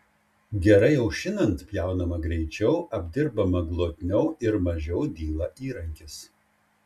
gerai aušinant pjaunama greičiau apdirbama glotniau ir mažiau dyla įrankis